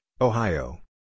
Ohio